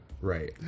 Right